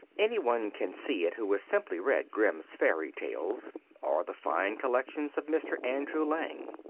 any one can see it who will simply read grimm's fairy tales or the fine collections of mr. andrew lang.